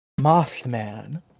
Mothman